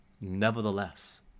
nevertheless